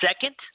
second